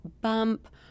bump